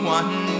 one